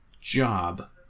job